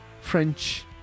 French